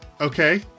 Okay